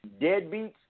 Deadbeats